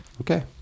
okay